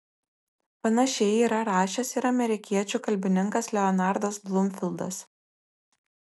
panašiai yra rašęs ir amerikiečių kalbininkas leonardas blumfildas